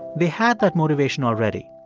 they had that motivation already.